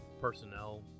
personnel